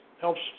helps